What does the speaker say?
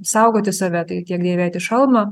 saugoti save tai tiek dėvėti šalmą